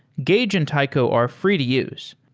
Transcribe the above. gauge and taiko are free to use.